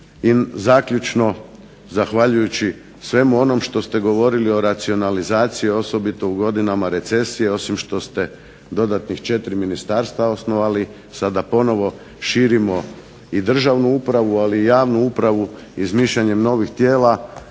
I zaključno, zahvaljujući svemu onome što ste govorili o racionalizaciji i osobito u godinama recesije, osim što ste dodatna 4 ministarstva osnovali, sada širimo i državnu upravu, ali i javnu upravu izmišljanjem novih tijela,